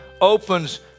opens